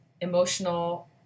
emotional